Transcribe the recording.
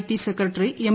T സെക്രട്ടി M